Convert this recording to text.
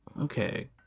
okay